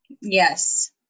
yes